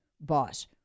boss